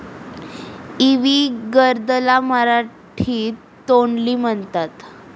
इवी गर्द ला मराठीत तोंडली म्हणतात